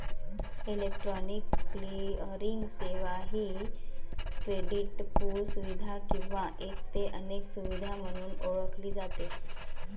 electronic clearing सेवा ही क्रेडिटपू सुविधा किंवा एक ते अनेक सुविधा म्हणून ओळखली जाते